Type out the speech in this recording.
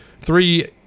Three